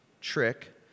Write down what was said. trick